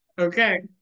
Okay